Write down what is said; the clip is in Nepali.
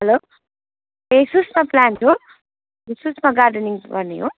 हेलो ए सुसमा प्लान्ट हो सुसमा गार्डनिङ गर्ने हो